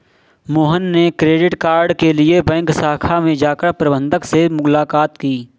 मोहन ने credit card के लिए बैंक शाखा में जाकर प्रबंधक से मुलाक़ात की